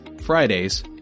Fridays